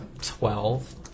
Twelve